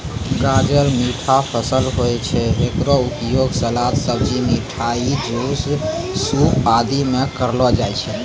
गाजर मीठा फसल होय छै, हेकरो उपयोग सलाद, सब्जी, मिठाई, जूस, सूप आदि मॅ करलो जाय छै